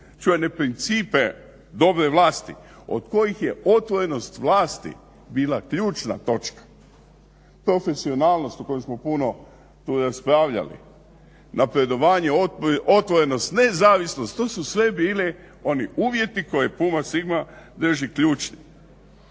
čuvene principe dobre vlasti od kojih je otvorenost vlasti bila ključna točka. Profesionalnost o kojem smo puno tu raspravljali, napredovanje, otvorenost, nezavisnost. To su sve bili oni uvjeti koje Puma sigma drži ključnim.